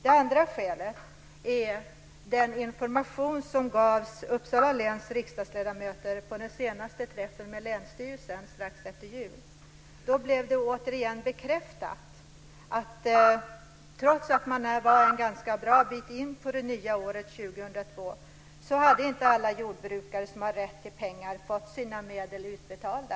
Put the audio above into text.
Ett annat skäl är den information som gavs Uppsala läns riksdagsledamöter vid den senaste träffen med länsstyrelsen strax efter jul. Då blev det återigen bekräftat att trots att man var en ganska bra bit in på det nya året, 2002, hade inte alla jordbrukare som har rätt till pengar fått sina medel utbetalda.